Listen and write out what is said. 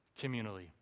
communally